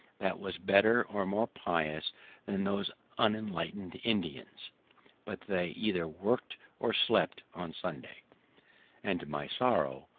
that was better or more pious than those unenlightened indians but they either worked or slept on sundays and, to my sorrow,